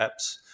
apps